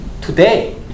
Today